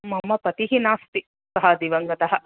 मम पतिः नास्ति सः दिवङ्गतः